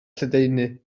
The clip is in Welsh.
lledaenu